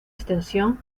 extensión